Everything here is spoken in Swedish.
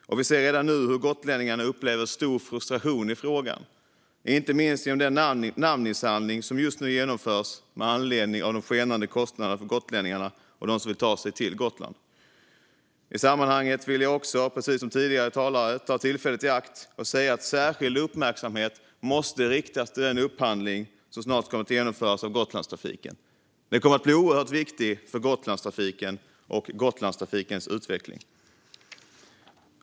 Det märks redan nu hur gotlänningarna upplever stor frustration i frågan, inte minst genom den namninsamling som genomförs med anledning av de skenande kostnaderna för gotlänningarna och dem som vill ta sig till Gotland. I sammanhanget vill jag också, precis som tidigare talare, ta tillfället i akt att säga att särskild uppmärksamhet måste riktas mot den upphandling som snart kommer att genomföras av Gotlandstrafiken. Den kommer att bli oerhört viktig för Gotlandstrafikens och Gotlands utveckling.